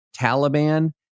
Taliban